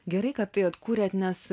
gerai kad tai atkūrėt nes